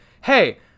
hey